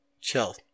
chill